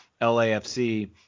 LAFC